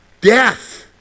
Death